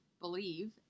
Believe